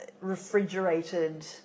refrigerated